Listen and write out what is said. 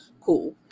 cool